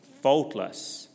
faultless